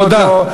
תודה.